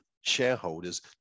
shareholders